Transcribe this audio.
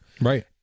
right